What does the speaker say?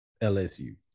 LSU